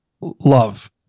love